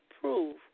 prove